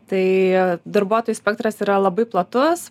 tai darbuotojų spektras yra labai platus